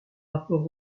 rapport